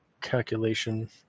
calculation